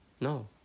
No